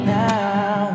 now